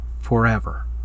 forever